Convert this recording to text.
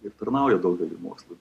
ir pirmauja daugelyje mokslų